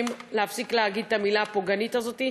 להפסיק להגיד את המילה הפוגענית הזאת,